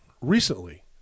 recently